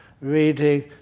reading